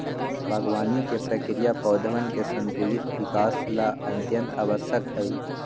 बागवानी के प्रक्रिया पौधवन के संतुलित विकास ला अत्यंत आवश्यक हई